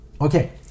Okay